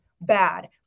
bad